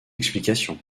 explication